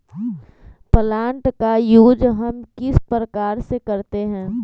Plant का use हम किस प्रकार से करते हैं?